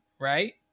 right